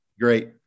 Great